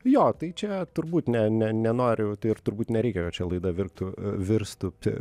jo tai čia turbūt ne ne nenoriu tai ir turbūt nereikia kad čia laida virtų virstų psi